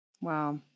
Wow